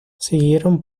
siguieron